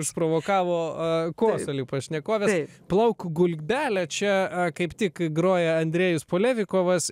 išprovokavo kosulį pašnekovės plauk gulbele čia kaip tik groja andrėjus polevikovas